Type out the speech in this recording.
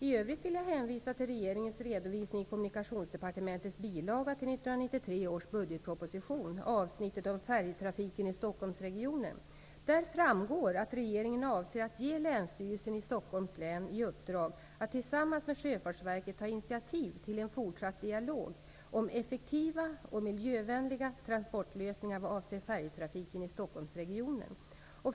I övrigt vill jag hänvisa till regeringens redovisning i Stockholmsregionen. Där framgår att regeringen avser att ge Länsstyrelsen i Stockholms län i uppdrag att tillsammans med Sjöfartsverket ta initiativ till en fortsatt dialog om effektiva och miljövänliga transportlösningar vad avser färjetrafiken i Stockholmsregionen.